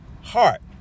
heart